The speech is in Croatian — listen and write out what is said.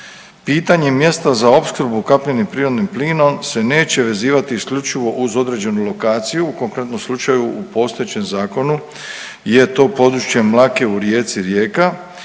pitanje mjesta za opskrbu ukapljenim prirodnim plinom se neće vezivati isključivo uz određenu lokaciju u konkretnom slučaju u postojećem zakonu je to područje Mlake u rijeci Rijeka,